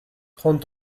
trente